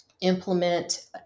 implement